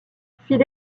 phil